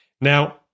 Now